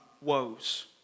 woes